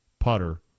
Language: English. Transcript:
putter